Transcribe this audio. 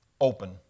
open